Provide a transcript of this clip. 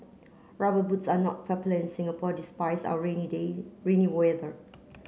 rubber boots are not popular in Singapore despite our rainy day rainy weather